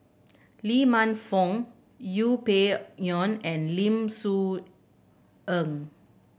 Lee Man Fong Yeng Pway Ngon and Lim Soo Ngee